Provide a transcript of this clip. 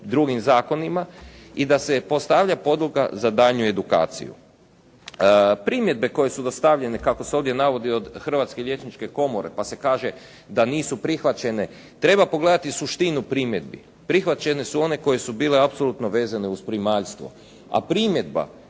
drugim zakonima i da se postavlja podloga za daljnju edukaciju. Primjedbe koje su dostavljene kako se ovdje navodi, od Hrvatske liječničke komore pa se kaže da nisu prihvaćene. Treba pogledati suštinu primjedbi. Prihvaćene su one koje su bile apsolutno vezane uz primaljstvo, a primjedba